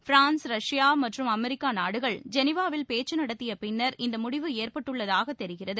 France Russia மற்றும் America நாடுகள் ஜெனிவாவில் பேச்சு நடத்திய பின்னர் இந்த முடிவு ஏற்பட்டுள்ளதாக தெரிகிறது